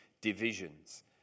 divisions